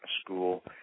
school